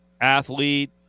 athlete